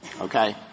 okay